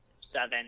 seven